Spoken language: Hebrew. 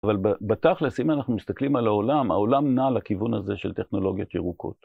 אבל בתכלס, אם אנחנו מסתכלים על העולם, העולם נע לכיוון הזה של טכנולוגיות ירוקות.